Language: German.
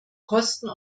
kosten